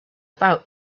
about